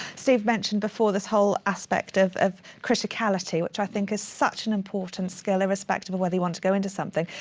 steve mentioned before this whole aspect of of criticality, which i think is such an important skill, irrespective of whether you want to go into something.